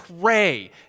pray